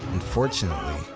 unfortunately,